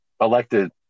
elected